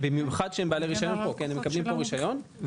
במיוחד כשהם מקבלים את הרישיון פה,